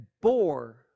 bore